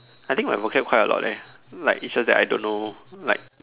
I think my vocab quite a lot eh like it's just that I don't know like